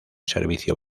servicio